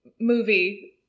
movie